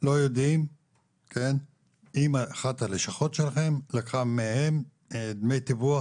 לא יודעים אם אחת הלשכות שלכם לקחה מהם דמי תיווך